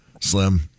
Slim